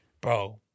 bro